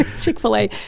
Chick-fil-A